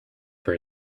for